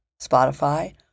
Spotify